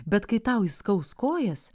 bet kai tau įskaus kojas